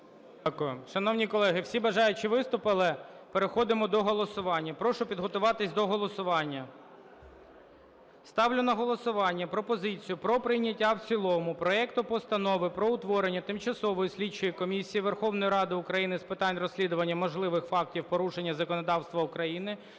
Дякую. Шановні колеги, всі бажаючі виступили, переходимо до голосування. Прошу підготуватись до голосування. Ставлю на голосування пропозицію про прийняття в цілому проекту Постанови "Про утворення Тимчасової слідчої комісії Верховної Ради України з питань розслідування можливих фактів порушення законодавства України